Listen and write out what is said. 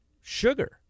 sugar